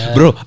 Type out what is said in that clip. Bro